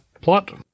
plot